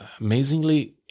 amazingly